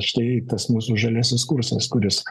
štai tas mūsų žaliasis kursas kuris